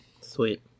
Sweet